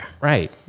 Right